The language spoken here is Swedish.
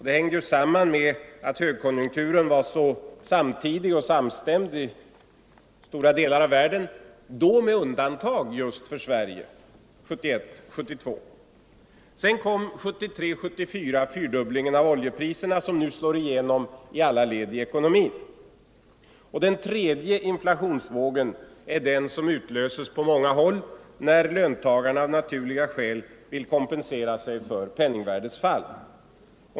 De hängde samman med att högkonjunkturen var så samtidig och samstämmig i stora delar av världen med undantag just för Sverige. Det var 1971-1972. Sedan kom 1973-1974 fyrdubblingen av oljepriserna, som nu slår igenom fullt ut i alla led i ekonomin. Och den tredje inflationsvågen var den som utlöstes på många håll när löntagarna av naturliga skäl ville kompensera sig för penningvärdets fall.